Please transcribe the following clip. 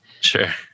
Sure